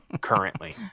currently